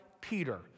Peter